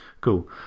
Cool